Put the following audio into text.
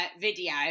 video